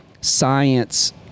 science